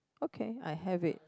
okay I have it